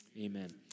amen